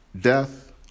Death